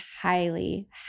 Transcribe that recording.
highly